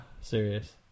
serious